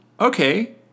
okay